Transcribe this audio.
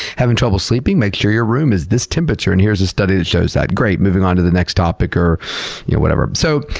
having trouble sleeping? make sure your room is this temperature, and here's a study that shows that. great. moving onto the next topic or whatever. so,